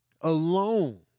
alone